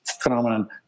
phenomenon